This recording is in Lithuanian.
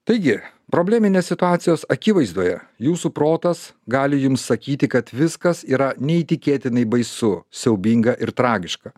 taigi probleminės situacijos akivaizdoje jūsų protas gali jums sakyti kad viskas yra neįtikėtinai baisu siaubinga ir tragiška